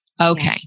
okay